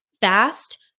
fast